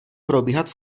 probíhat